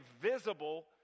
visible